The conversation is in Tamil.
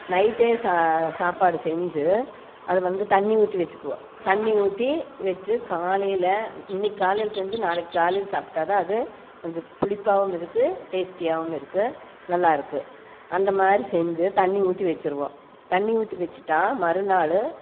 நைட்டே சாப்பாடு செஞ்சு அதை வந்து தண்ணி ஊற்றி வச்சுக்குவோம் தண்ணி ஊற்றி வச்சு காலையில் இன்னைக்கு காலையில் செஞ்சு நாளைக்கு காலையில் சாப்பிட்டா தான் அது கொஞ்சம் புளிப்பாகவும் இருக்கும் டேஸ்ட்டியாகவும் இருக்கும் நல்லாயிருக்கு அந்தமாதிரி செஞ்சு தண்ணி ஊற்றி வச்சிடுவோம் தண்ணி ஊற்றி வச்சுட்டா மறுநாள்